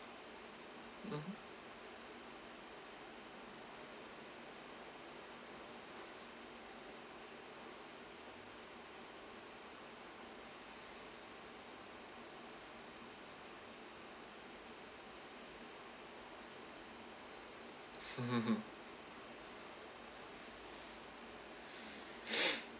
mmhmm